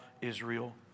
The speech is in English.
Israel